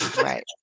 right